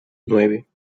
nueve